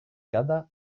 cada